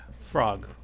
Frog